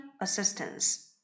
Assistance